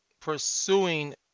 pursuing